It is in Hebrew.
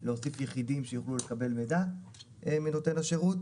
להוסיף יחידים שיוכלו לקבל מידע מנותן השירות